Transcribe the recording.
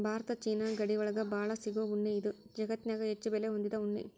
Bharat China ಗಡಿ ಒಳಗ ಬಾಳ ಸಿಗು ಉಣ್ಣಿ ಇದು ಜಗತ್ತನ್ಯಾಗ ಹೆಚ್ಚು ಬೆಲೆ ಹೊಂದಿದ ಉಣ್ಣಿ